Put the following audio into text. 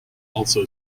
also